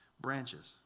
branches